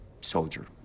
soldier